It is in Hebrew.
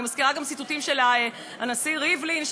אני מזכירה גם ציטוטים של הנשיא ריבלין,